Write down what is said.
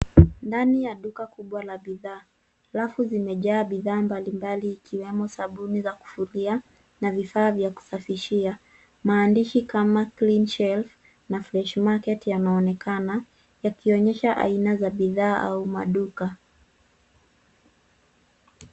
Ndani ya duka kubwa la bidhaa rafu zimejaa bidhaa mbalimbali, ikiwemo sabuni za kufulia na vifaa vya kusafishia. Maandishi kama Clean Shelf na Fresh Market yanaonekana yakiashiria aina za bidhaa au maduka.